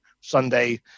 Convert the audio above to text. Sunday